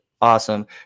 awesome